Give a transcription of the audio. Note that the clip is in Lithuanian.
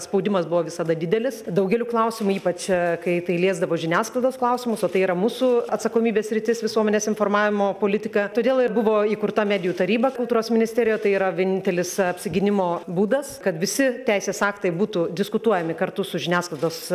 spaudimas buvo visada didelis daugeliu klausimų ypač čia kai tai liesdavo žiniasklaidos klausimus o tai yra mūsų atsakomybės sritis visuomenės informavimo politika todėl ir buvo įkurta medijų taryba kultūros ministerijoje tai yra vienintelis apsigynimo būdas kad visi teisės aktai būtų diskutuojami kartu su žiniasklaidos